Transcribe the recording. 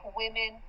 women